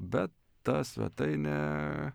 bet tas va tai ne